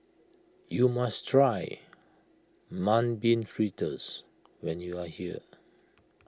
you must try Mung Bean Fritters when you are here